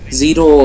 zero